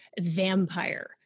vampire